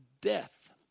death